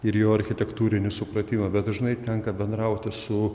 ir jo architektūrinį supratimą bet dažnai tenka bendrauti su